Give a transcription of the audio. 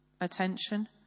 attention